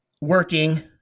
working